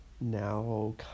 now